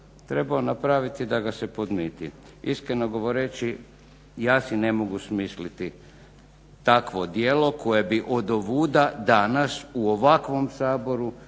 trebao napraviti da ga se podmiti. Iskreno govoreći, ja si ne mogu smisliti takvo djelo koje bi odovuda danas u ovakvom Saboru